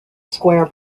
square